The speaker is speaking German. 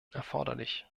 erforderlich